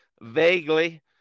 vaguely